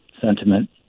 sentiment